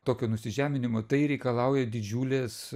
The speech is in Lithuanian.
tokio nusižeminimo tai reikalauja didžiulės